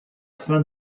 fin